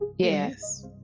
Yes